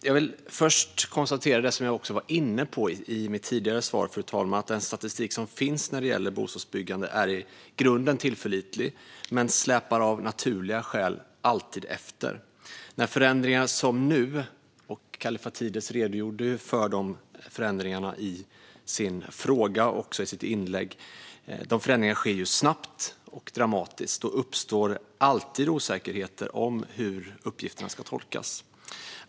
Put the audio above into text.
Jag vill först konstatera det som jag också var inne på i mitt tidigare svar, fru talman: Den statistik som finns när det gäller bostadsbyggande är i grunden tillförlitlig, men den släpar av naturliga skäl alltid efter. Kallifatides redogjorde i sin fråga och i sitt följande inlägg för de förändringar som skett. Dessa förändringar sker snabbt och dramatiskt, och då uppstår det alltid osäkerhet om hur uppgifterna ska tolkas.